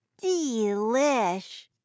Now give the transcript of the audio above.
Delish